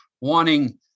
wanting